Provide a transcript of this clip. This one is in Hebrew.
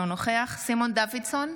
אינו נוכח סימון דוידסון,